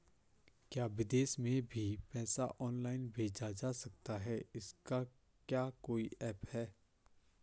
क्या विदेश में भी पैसा ऑनलाइन भेजा जा सकता है इसका क्या कोई ऐप है?